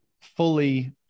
fully –